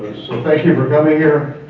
so thank you for coming here,